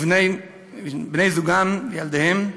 ובני-זוגם וילדיהם,